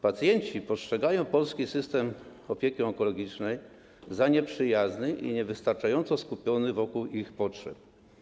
Pacjenci postrzegają polski system opieki onkologicznej jako nieprzyjazny i niewystarczająco skupiony wokół ich potrzeb.